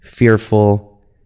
fearful